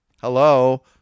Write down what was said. Hello